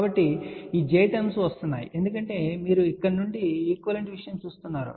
కాబట్టి ఈ j terms వస్తున్నాయి ఎందుకంటే మీరు ఇక్కడ నుండి ఈక్వలెంట్ విషయం చూస్తున్నారు